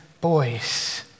boys